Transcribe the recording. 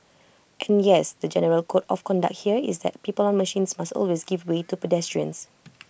and yes the general code of conduct here is that people on machines must always give way to pedestrians